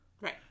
Right